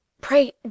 Pray